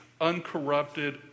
uncorrupted